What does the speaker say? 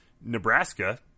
Nebraska